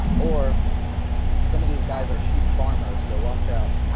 or some of these guys are sheep farmers so watch out.